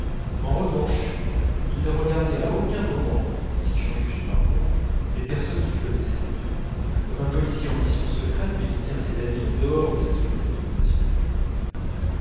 en revanche il ne regardait à aucun moment si j'en jugeais par moi les personnes qu'il connaissait comme un policier en mission secrète mais qui tient ses amis en dehors de sa surveillance professionnelle